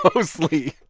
but mostly.